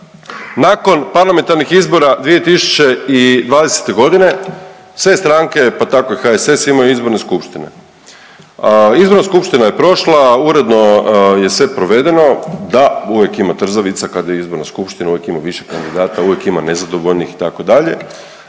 nakon parlamentarnih izbora 2020. g., sve stranke, pa tako i HSS imaju izborne skupštine. Izborna skupština je prošla, uredno je sve provedeno, da, uvijek ima trzavica kad je izborna skupština, uvijek ima više kandidata, uvijek ima nezadovoljnih, itd.,